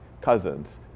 cousins